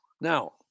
Now